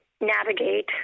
navigate